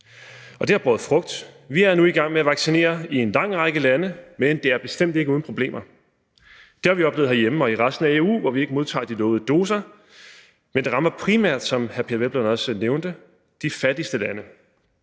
og det har båret frugt. Vi er nu i gang med at vaccinere i en lang række lande, men det er bestemt ikke uden problemer. Det har vi oplevet herhjemme og i resten af EU, hvor vi ikke modtager de lovede doser, men det rammer, som hr. Peder Hvelplund også nævnte, primært de fattigste lande.